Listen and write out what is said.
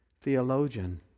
theologian